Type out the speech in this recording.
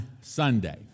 Sunday